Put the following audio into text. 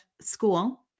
school